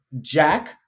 Jack